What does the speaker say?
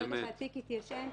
ברגע שהתיק התיישן,